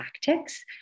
tactics